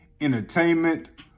entertainment